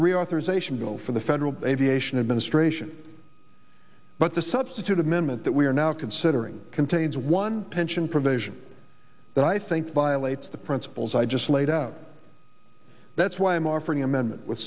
reauthorization bill for the federal aviation administration but the substitute amendment that we are now considering contains one pension provision that i think violates the principles i just laid out that's why i'm offering amendment w